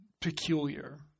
Peculiar